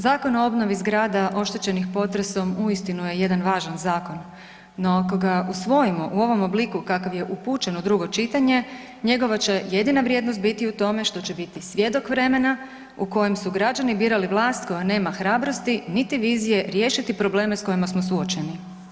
Zakon o obnovi zgrada oštećenih potresom uistinu je jedan važan zakon no ako ga usvojimo u ovom obliku kakav je upućen u drugo čitanje, njegova će jedina vrijednost biti u tome što će biti svjedok vremena u kojem su građani birali vlast koja nema hrabrosti niti vizije riješiti probleme s kojima smo suočeni.